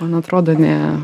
man atrodo ne